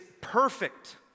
perfect